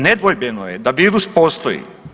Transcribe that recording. Nedvojbeno je da virus postoji.